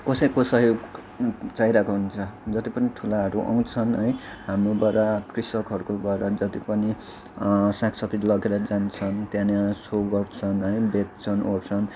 कोसैको सहयोग चाहिइरहेको हुन्छ जति पनि ठुलाहरू आउँछन् है हाम्रोबाट कृषकहरूबाट जति पनि साग सब्जी लगेर जान्छन् त्यहाँनिर सो गर्छन् है बेच्छन् ओर्छन्